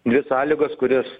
dvi sąlygos kurias